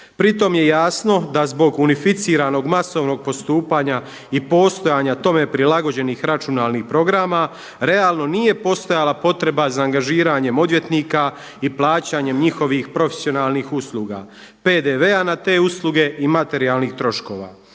Pritom je jasno da zbog unificiranog masovnog postupanja i postojanja tome prilagođenih računalnih programa realno nije postojala potreba za angažiranjem odvjetnika i plaćanjem njihovih profesionalnih usluga, PDV-a na te usluge i materijalnih troškova.